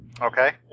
Okay